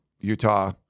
Utah